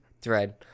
thread